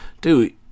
dude